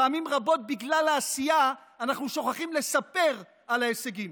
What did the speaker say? פעמים רבות בגלל העשייה אנחנו שוכחים לספר על ההישגים.